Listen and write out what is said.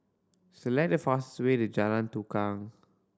select the fastest way to Jalan Tukang